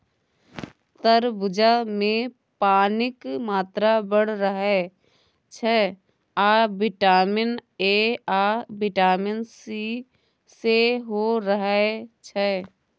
तरबुजामे पानिक मात्रा बड़ रहय छै आ बिटामिन ए आ बिटामिन सी सेहो रहय छै